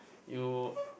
you